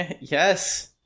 Yes